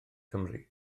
cymru